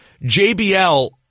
JBL